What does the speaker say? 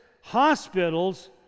Hospitals